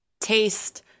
taste